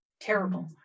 terrible